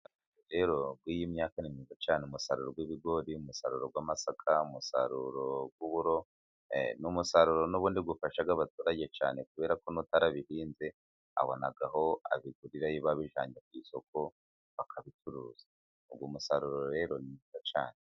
Rero nk' iyi myaka ni myiza cyane umusaruro w'ibigori, umusaruro w'amasaka, umusaruro w'uburo. Ni umusaruro n'ubundi ufasha abaturage cyane kuberako n'utarabihinze abonaho abigurira, iyo babijyanye ku isoko bakabicuruza uyu musaruro rero ni mwiza cyane.